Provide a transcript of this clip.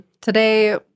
today